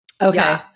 Okay